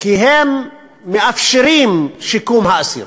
כי הם מאפשרים את שיקום האסיר.